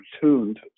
tuned